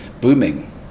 booming